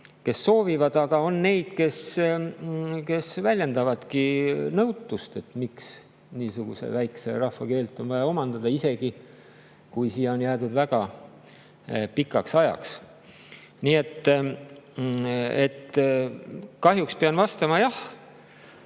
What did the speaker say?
keelt õppida], aga on ka neid, kes väljendavad nõutust, et miks niisuguse väikese rahva keelt on vaja omandada, isegi kui siia on jäädud väga pikaks ajaks. Nii et kahjuks pean vastama: jah.